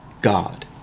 God